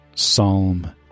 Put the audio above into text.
Psalm